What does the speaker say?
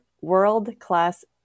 world-class